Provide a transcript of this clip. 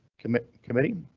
committee committee.